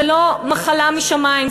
זה לא מחלה משמים,